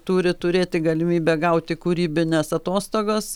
turi turėti galimybę gauti kūrybines atostogas